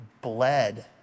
bled